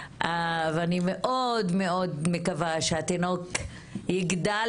או "נשק על